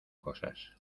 cosas